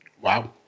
Wow